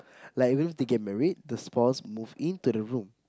like you know they get married their spouse move in to the room